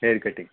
hair cutting